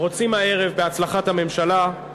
רוצים הערב בהצלחת הממשלה.